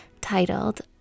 titled